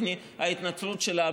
ואני גאה שהייתי שותף,